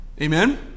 Amen